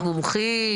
פסיכולוגים, מומחים.